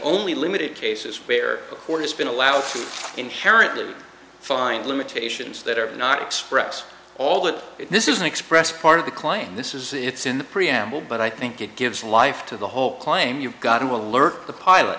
only limited cases where the court has been allowed to inherently find limitations that are not express all that this is an express part of the claim this is it's in the preamble but i think it gives life to the whole claim you've got to learn the pilot